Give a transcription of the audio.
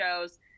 shows